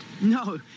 No